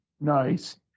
Nice